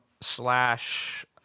slash